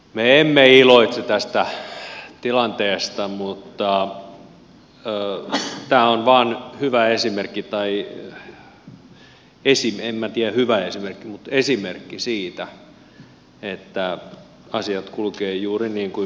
me emme iloitse tästä tilanteesta mutta tämä on vain hyvä esimerkki tai en minä tiedä hyvästä esimerkistä mutta esimerkki siitä että asiat kulkevat juuri niin kuin me olemme varoittaneet